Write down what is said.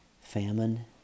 Famine